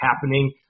happening